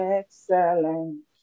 excellent